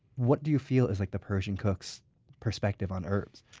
what do you feel is like the persian cook's perspective on herbs?